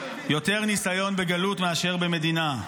יותר ניסיון בגלות מאשר במדינה.